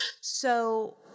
So-